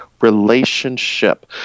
relationship